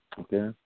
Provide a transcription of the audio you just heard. Okay